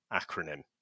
acronym